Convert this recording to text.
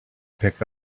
pick